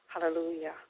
Hallelujah